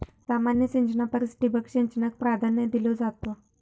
सामान्य सिंचना परिस ठिबक सिंचनाक प्राधान्य दिलो जाता